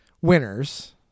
winners